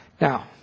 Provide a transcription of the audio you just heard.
Now